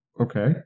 Okay